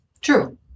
True